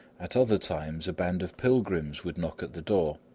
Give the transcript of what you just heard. at other times, a band of pilgrims would knock at the door.